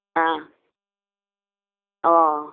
ஆ ஓ